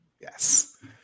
Yes